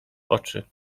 oczy